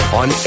on